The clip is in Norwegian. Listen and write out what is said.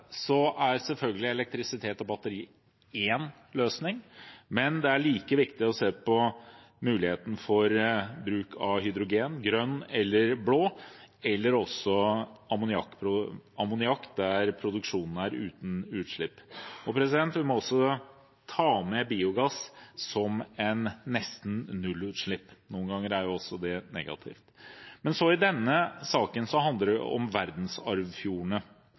er selvfølgelig elektrisitet og batteri én løsning, men det er like viktig å se på muligheten for bruk av hydrogen, grønn eller blå, eller også ammoniakk der produksjonen er uten utslipp. Vi må også ta med biogass som nesten nullutslipp, noen ganger er det jo også negativt. I denne saken handler det om verdensarvfjordene.